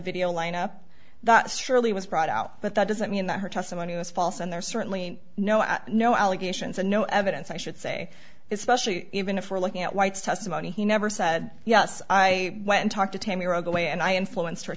video lineup that surely was brought out but that doesn't mean that her testimony was false and there's certainly no no allegations and no evidence i should say it specially even if we're looking at white's testimony he never said yes i went talk to tammy roadway and i influenced her